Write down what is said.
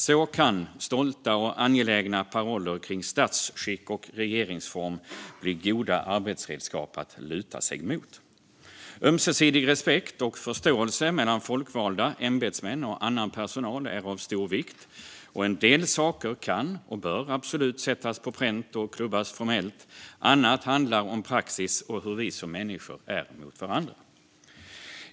Så kan stolta och angelägna paroller om statsskick och regeringsformer bli goda arbetsredskap att luta sig mot. Ömsesidig respekt och förståelse mellan folkvalda, ämbetsmän och annan personal är av stor vikt. En del saker kan och bör absolut sättas på pränt och klubbas formellt. Annat handlar om praxis och hur vi som människor är mot varandra.